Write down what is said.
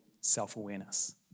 self-awareness